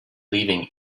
leaving